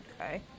Okay